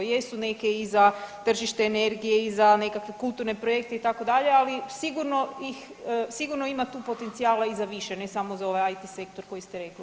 Jesu neke i za tržište energije i za nekakve kulturne projekte itd., ali sigurno ih, sigurno ima tu potencijala i za više ne samo za ovaj IT sektor koji ste rekli.